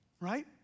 Right